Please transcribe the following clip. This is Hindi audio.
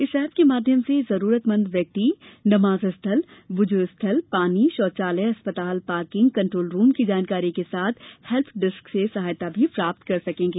इस एप के माध्यम से जरूरतमंद व्यक्ति नमाज स्थल बुजु स्थल पानी शौचालय अस्पताल पार्किंग कन्ट्रोल रूम की जानकारी के साथ हेल्प डेस्क से सहायता भी प्राप्त कर सकेंगे